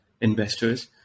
investors